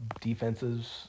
defenses